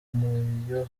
muyo